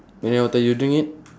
mineral water you drink it